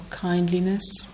kindliness